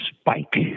spike